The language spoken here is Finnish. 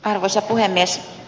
arvoisa puhemies